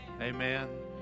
Amen